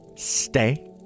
Stay